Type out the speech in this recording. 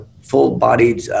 full-bodied